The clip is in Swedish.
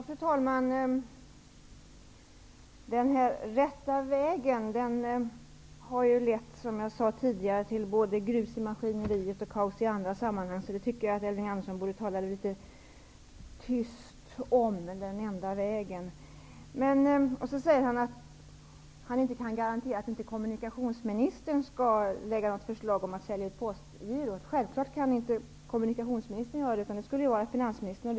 Fru talman! Den enda vägen har ju, som jag sade tidigare, lett till både grus i maskineriet och kaos i andra sammanhang. Jag tycker därför att Elving Andersson borde tala litet tyst om den enda vägen. Elving Andersson kan inte garantera att kommunikationsministern inte kommer att lägga fram något förslag om att sälja ut Postgirot. Självfallet kan inte kommunikationsministern göra det, eftersom det skulle vara en uppgift för finansministern.